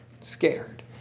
scared